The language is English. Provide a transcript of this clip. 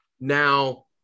Now